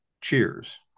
Cheers